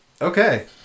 Okay